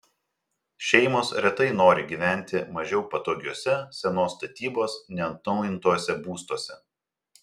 šeimos retai nori gyventi mažiau patogiuose senos statybos neatnaujintuose būstuose